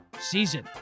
season